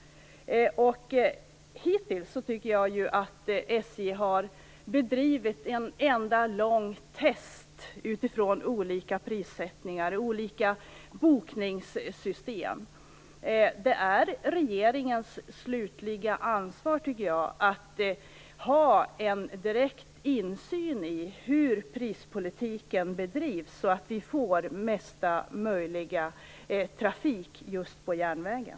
Hittills tycker jag att SJ har bedrivit ett enda långt test med olika prissättningar och bokningssystem. Jag tycker att det är regeringens slutliga ansvar att ha en direkt insyn i hur prispolitiken bedrivs och att se till att vi får så mycket trafik som möjligt på järnvägen.